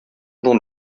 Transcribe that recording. d’en